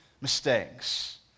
mistakes